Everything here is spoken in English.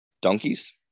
donkeys